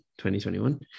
2021